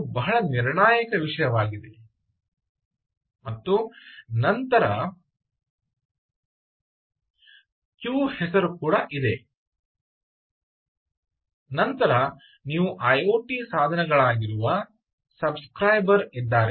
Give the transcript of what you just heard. ಇದು ಬಹಳ ನಿರ್ಣಾಯಕ ವಿಷಯವಾಗಿದೆ ಮತ್ತು ನಂತರ ಕ್ಯೂ ಹೆಸರು ಕೂಡ ಇದೆ ಮತ್ತು ನಂತರ ನೀವು ಐಒಟಿ ಸಾಧನಗಳಾಗಿರುವ ಸಬ್ ಸ್ಕ್ರೈಬರ್ ಇದ್ದಾರೆ